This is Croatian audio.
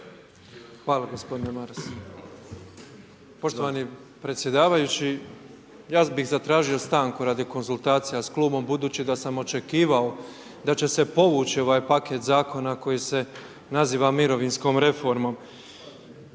Hvala gospodine Maras. Poštovani predsjedavajući, ja bih zatražio stanku radi konzultacija s klubom budući da sam očekivao da će se povući ovaj paket zakona koji se naziva mirovinskom reformom.